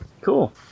Cool